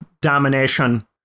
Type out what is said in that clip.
domination